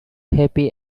happy